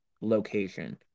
location